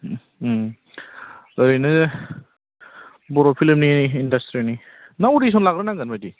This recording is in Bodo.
उम ओरैनो बर' फिलमनि इन्डासट्रिनि ना अडिसन लाग्रोनांगोन बायदि